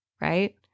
right